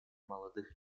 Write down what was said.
молодых